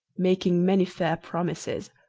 making many fair promises,